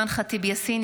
אימאן ח'טיב יאסין,